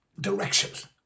directions